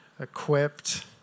equipped